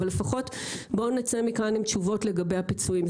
אבל לפחות בואו נצא מכאן עם תשובות לגבי הפיצויים,